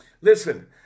listen